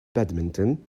badminton